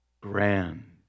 grand